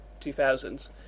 2000s